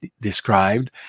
described